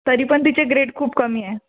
तरी पण तिचे ग्रेड खूप कमी आहे